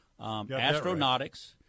Astronautics